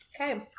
Okay